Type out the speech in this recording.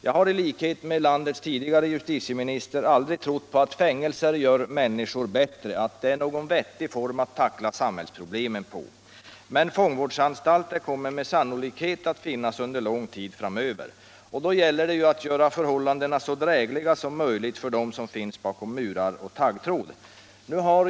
Jag har i likhet med landets tidigare justitieminister aldrig trott på att fängelsevistelse gör människor bättre eller att det är någon vettig form att tackla samhällsproblemen på. Men fångvårdsanstalter kommer med sannolikhet att finnas under lång tid framöver, och då gäller det ju att göra förhållandena så drägliga som möjligt för dem som finns bakom murar och taggtråd.